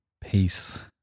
Peace